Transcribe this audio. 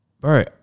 bro